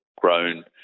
grown